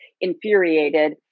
infuriated